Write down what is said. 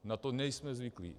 Na to nejsme zvyklí.